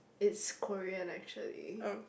it's Korean actually